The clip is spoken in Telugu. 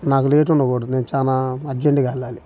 నాకు లేట్ ఉండకూడదు నేను చాలా అర్జెంటుగా వెళ్ళాలి